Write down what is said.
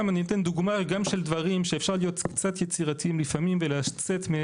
סתם אני אתן דוגמא גם של דברים שאפשר להיות קצת יצירתיים לפעמים ולצאת,